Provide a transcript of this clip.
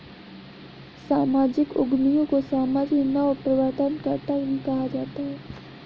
सामाजिक उद्यमियों को सामाजिक नवप्रवर्तनकर्त्ता भी कहा जाता है